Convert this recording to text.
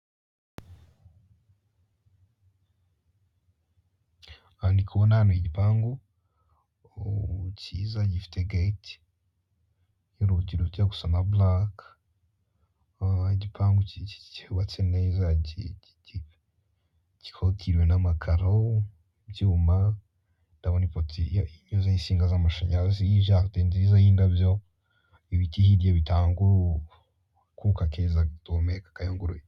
Aha ndikubona nigipangu cy,iza gifite gate urugi rujya gusa nka black igipangu cy,ubatse neza gikorotiriwe na makaro, ibyuma ndabona ipoto inyuzaho amashanyarazi jaride nziza y,indabo ibiti hirya bitanga akuka keza kayunguruye.